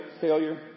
failure